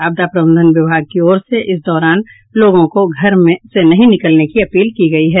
आपदा प्रबंधन विभाग की ओर से इस दौरान लोगों से घर से नहीं निकलने की अपील की गई है